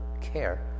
care